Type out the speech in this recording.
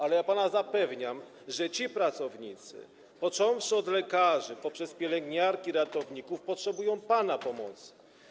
Ale ja pana zapewniam, że ci pracownicy, począwszy od lekarzy, przez pielęgniarki, po ratowników, potrzebują pana pomocy.